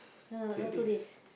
no not two days